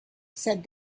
said